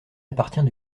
appartient